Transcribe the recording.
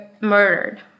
murdered